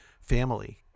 Family